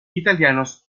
italianos